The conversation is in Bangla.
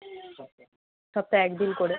সপ্তাহে এক দিন করে